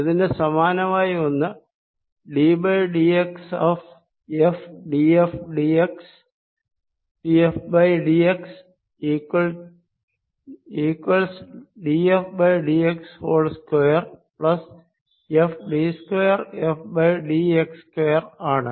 ഇതിനു സമാനമായി ഒന്ന് d dx f df dx df dx 2 f d 2 f d x 2 ആണ്